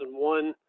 2001